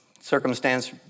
circumstance